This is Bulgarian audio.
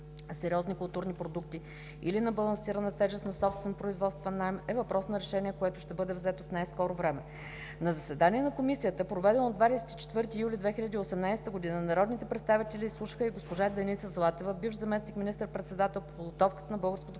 сериозни културни продукти, или на балансирана тежест на собствен производствен наем, и е въпрос на решение, което ще бъде взето в най-скоро време. На заседание на Комисията, проведено на 24 юли 2018 г., народните представители изслушаха и г-жа Деница Златева – бивш заместник министър-председател по подготовката на Българското